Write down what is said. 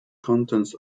contents